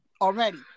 already